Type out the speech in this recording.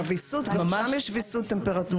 גם שם יש ויסות טמפרטורה.